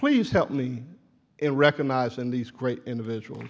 please help me in recognizing these great individuals